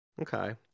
okay